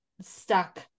stuck